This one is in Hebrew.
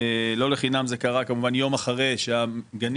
לא לחינם זה קרה כמובן יום אחרי שהגנים